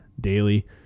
daily